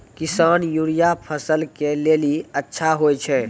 किसान यूरिया फसल के लेली अच्छा होय छै?